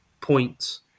points